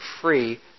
free